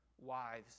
wives